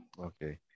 Okay